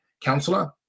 councillor